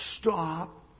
stop